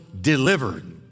delivered